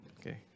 Okay